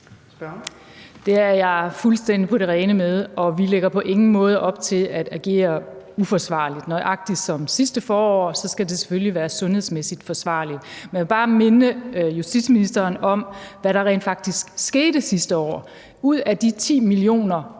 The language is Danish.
Det er jeg fuldstændig på det rene med, og vi lægger på ingen måde op til at agere uforsvarligt. Nøjagtig som sidste forår skal det selvfølgelig være sundhedsmæssigt forsvarligt. Men jeg vil bare minde justitsministeren om, hvad der rent faktisk skete sidste år: Ud af de 10 millioner